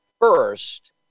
first